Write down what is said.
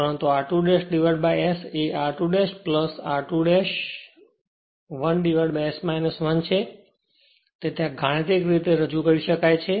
તેથી આ રીતે ગાણિતિક રીતે આ રજૂ કરી શકાય છે